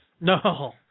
No